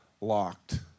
locked